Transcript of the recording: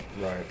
Right